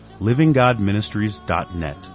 livinggodministries.net